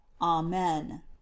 amen